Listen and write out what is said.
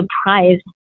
surprised